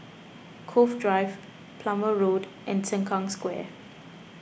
Cove Drive Plumer Road and Sengkang Square